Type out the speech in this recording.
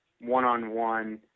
one-on-one